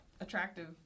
Attractive